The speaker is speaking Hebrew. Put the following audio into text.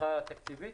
תמיכה תקציבית.